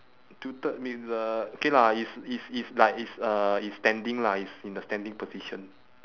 tilted means the okay lah it's it's it's like it's uh it's standing lah it's in the standing position